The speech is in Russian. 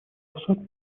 асад